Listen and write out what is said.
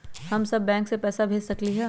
हम सब बैंक में पैसा भेज सकली ह?